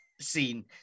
scene